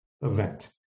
event